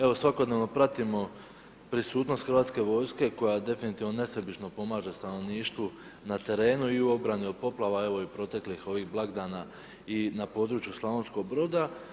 Evo svakodnevno pratimo prisutnost Hrvatske vojske koja definitivno nesebično pomaže stanovništvu na terenu i u obrani od poplava, evo i proteklih ovih blagdana i na području Slavonskog Broda.